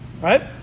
right